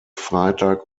freitag